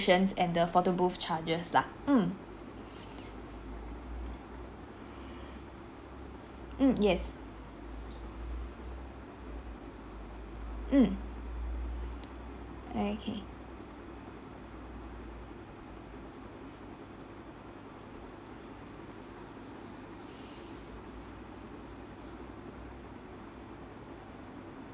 ~tions and the photo booth charges lah mm mm yes mm okay